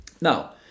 Now